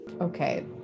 okay